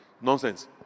Nonsense